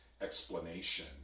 explanation